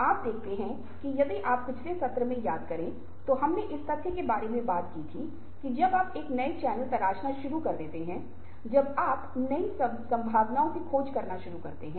तो इसका मतलब है कि जब हम किसी के साथ अंतरंग संबंध बना रहे होते हैं तो यह हमेशा ऐसा नहीं होता है कि जीत की स्थिति है कभी कभी हम गर्व महसूस करते हैं हम हारने में भी खुशी महसूस करते हैं